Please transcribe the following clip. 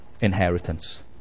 inheritance